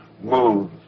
move